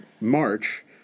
March